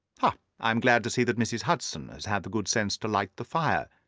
ha! i am glad to see that mrs. hudson has had the good sense to light the fire.